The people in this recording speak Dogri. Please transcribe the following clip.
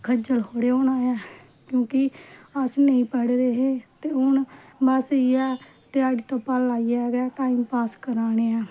खजल थोडे होना ऐ क्यूंकि अस नेईं पढ़े दे हे ते हुन बस देहाड़ी लाइयै गै टैम पास करा ने आं